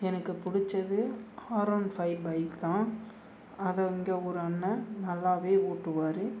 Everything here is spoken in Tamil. எனக்கு பிடிச்சது ஆர் ஓன் ஃபைவ் பைக் தான் அதை இங்கே ஒரு அண்ணன் நல்லா ஓட்டுவார்